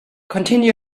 continue